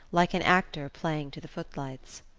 like an actor playing to the footlights.